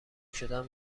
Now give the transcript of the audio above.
شدم